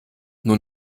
nur